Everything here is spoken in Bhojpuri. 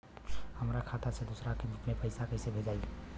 हमरा खाता से दूसरा में कैसे पैसा भेजाई?